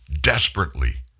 desperately